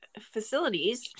facilities